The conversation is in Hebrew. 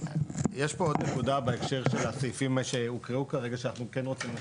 יש פה עוד נקודה בהקשר של הסעיפים שהוקראו כרגע שאנחנו כן רוצים לחדד.